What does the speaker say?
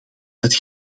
het